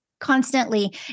Constantly